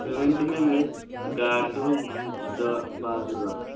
تُہۍ ؤنۍ تو مےٚ مےٚ ٲسۍ گاڈٕ کِلوٗ دہ بَہہ ضروٗرتھ